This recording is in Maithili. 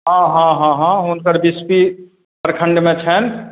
हँ हँ हँ हँ हुनकर बिस्फी प्रखण्डमे छनि